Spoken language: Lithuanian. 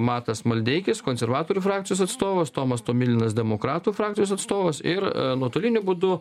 matas maldeikis konservatorių frakcijos atstovas tomas tomilinas demokratų frakcijos atstovas ir nuotoliniu būdu